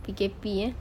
P_K_P eh